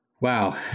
Wow